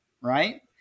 right